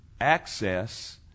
access